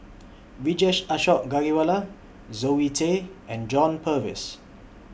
Vijesh Ashok Ghariwala Zoe Tay and John Purvis